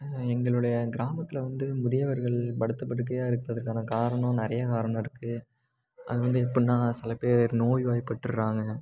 எங்களுடைய கிராமத்தில் வந்து முதியவர்கள் படுத்த படுக்கையாக இருப்பதற்கான காரணம் நிறையா காரணம் இருக்குது அது வந்து எப்புடினா சில பேர் நோய் வாய்ப்பட்டுறாங்க